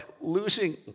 losing